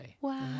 Wow